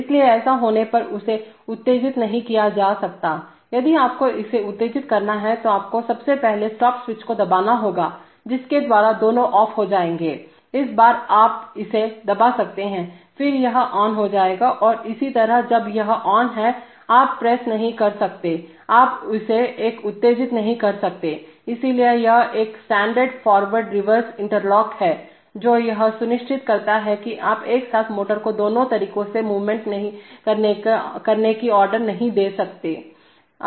इसलिए ऐसा होने पर इसे उत्तेजित नहीं किया जा सकता है यदि आपको इसे उत्तेजित करना है तो आपको सबसे पहले स्टॉप स्विच को दबाना होगा जिसके द्वारा दोनों ऑफ हो जाएंगे इस बार आप इसे दबा सकते हैं फिर यह ऑन हो जाएगा और इसी तरह जब यह ऑन है आप प्रेस नहीं कर सकते आप इसे एक उत्तेजित नहीं कर सकते हैंइसलिए यह एक स्टैंडर्ड फॉरवर्ड रिवर्स इंटरलॉक है जो यह सुनिश्चित करता है कि आप एक साथ मोटर को दोनों तरीकों से मूवमेंट करने की ऑर्डर नहीं दे सकता है